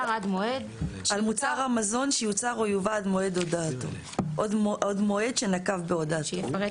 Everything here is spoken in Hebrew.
עד מועד -- על מוצר המזון שיוצר או יובא עד מועד שנקב בהודעתו.